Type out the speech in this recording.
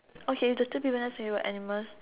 okay the two people next to you are animals